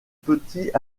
petit